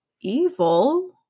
evil